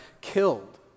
killed